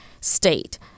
state